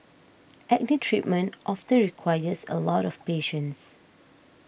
acne treatment often requires a lot of patience